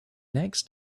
next